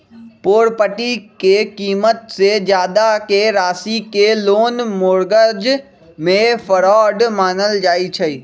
property के कीमत से जादा के राशि के लोन मोर्गज में फरौड मानल जाई छई